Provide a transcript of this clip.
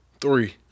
three